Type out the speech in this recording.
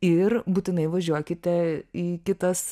ir būtinai važiuokite į kitas